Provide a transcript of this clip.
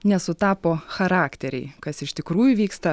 nesutapo charakteriai kas iš tikrųjų vyksta